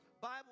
Bible